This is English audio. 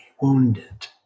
wounded